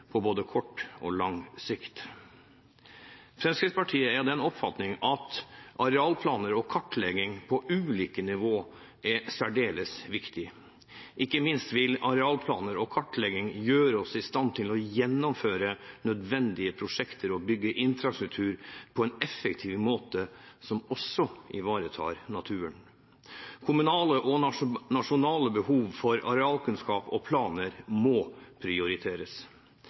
på både kort og lang sikt. Fremskrittspartiet er av den oppfatning at arealplaner og kartlegging på ulike nivåer er særdeles viktig. Ikke minst vil arealplaner og kartlegging gjøre oss i stand til å gjennomføre nødvendige prosjekter og bygge infrastruktur på en effektiv måte som også ivaretar naturen. Kommunale og nasjonale behov for arealkunnskap og planer må prioriteres.